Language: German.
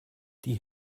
die